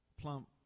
plump